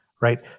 right